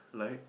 like